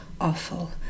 awful